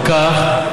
כך,